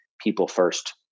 people-first